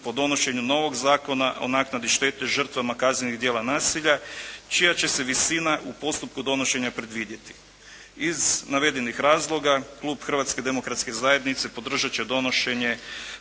po donošenju novog Zakona o naknadi štete žrtvama kaznenih djela nasilja čija će se visina u postupku donošenja predvidjeti. Iz navedenih razloga Klub Hrvatske demokratske zajednice podržat će donošenje